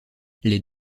les